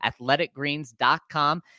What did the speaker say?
athleticgreens.com